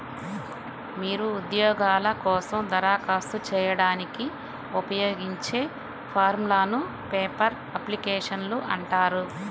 మీరు ఉద్యోగాల కోసం దరఖాస్తు చేయడానికి ఉపయోగించే ఫారమ్లను పేపర్ అప్లికేషన్లు అంటారు